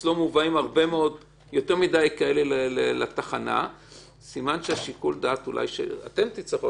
שאצלו מובאים יותר מדי כאלה לתחנה אתם תצטרכו